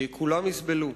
כולם יסבלו.